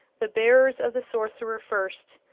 the bearers of the sorcerer first,